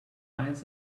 eyes